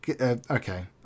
okay